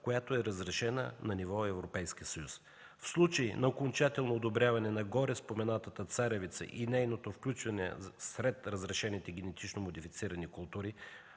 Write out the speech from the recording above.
която е разрешена на ниво Европейски съюз. В случай на окончателно одобряване на гореспоменатата царевица и нейното включване сред разрешените генетично модифицирани култури